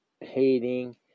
hating